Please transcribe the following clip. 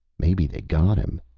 maybe they got him,